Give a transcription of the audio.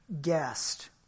guest